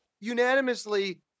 unanimously